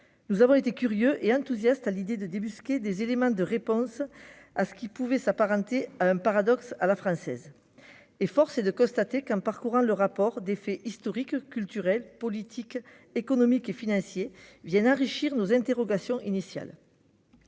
nous avons été curieux et enthousiastes à l'idée de débusquer des réponses à ce qui pouvait s'apparenter à un paradoxe à la française. Force est de constater que des faits historiques, culturels, politiques, économiques et financiers sont venus enrichir nos interrogations initiales-